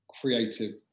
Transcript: creative